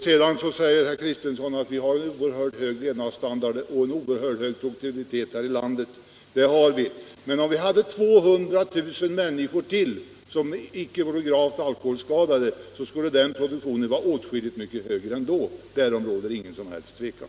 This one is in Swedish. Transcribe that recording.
Sedan säger herr Kristenson att vi har en hög levnadsstandard och stor produktivitet här i landet. Det har vi, men om vi hade haft 200 000 människor till som inte hade varit gravt alkoholskadade skulle produktionen ha varit åtskilligt högre, därom råder ingen som helst tvekan.